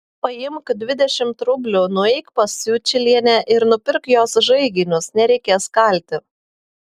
paimk dvidešimt rublių nueik pas sučylienę ir nupirk jos žaiginius nereikės kalti